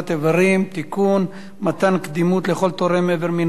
(תיקון) (מתן קדימות לכל תורם אבר מן החי),